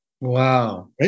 Wow